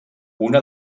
una